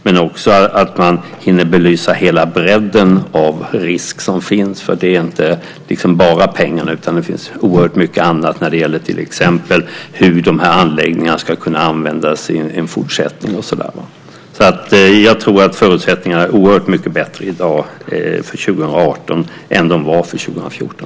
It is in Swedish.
Man hinner också belysa hela bredden av risk som finns. Det är inte bara pengar. Det är oerhört mycket annat. Det handlar till exempel om hur anläggningarna ska kunna användas i fortsättningen. Jag tror att förutsättningarna är oerhört mycket bättre för 2018 än de var för 2014.